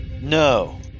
No